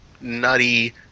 nutty